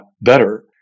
better